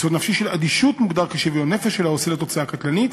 יסוד נפשי של אדישות מוגדר כשוויון נפש של העושה לתוצאה הקטלנית,